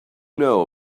know